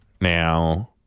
Now